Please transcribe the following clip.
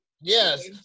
Yes